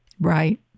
Right